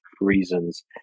reasons